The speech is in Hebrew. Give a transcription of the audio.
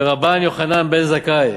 ברבן יוחנן בן זכאי,